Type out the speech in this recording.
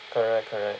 correct correct